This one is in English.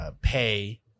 pay